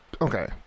Okay